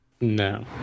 No